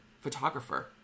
photographer